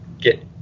get